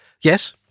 Yes